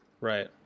Right